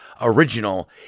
original